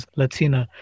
latina